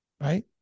right